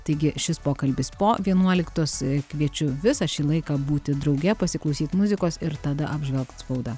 taigi šis pokalbis po vienuoliktos kviečiu visą šį laiką būti drauge pasiklausyti muzikos ir tada apžvelgt spaudą